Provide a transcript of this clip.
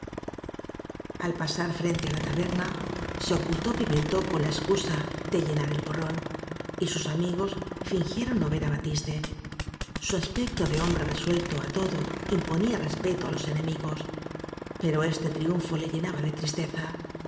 al pasar frente á la taberna se ocultó imentó con la excusa de llenar el sus porrón y amigos fingieron no ver á batiste su aspecto de hombre resuelto á todo im ponía respeto á los enemigos pero este triunfo le llenaba de tristeza